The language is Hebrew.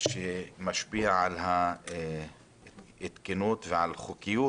שהפגמים משפיעים על תקניות וחוקיות